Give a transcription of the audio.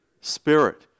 Spirit